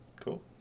Cool